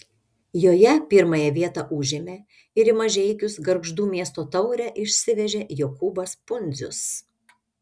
joje pirmąją vietą užėmė ir į mažeikius gargždų miesto taurę išsivežė jokūbas pundzius